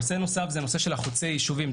נושא נוסף הוא נושא חוצי היישובים.